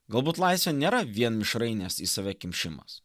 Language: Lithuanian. galbūt laisvė nėra vien mišrainės į save kimšimas